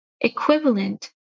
equivalent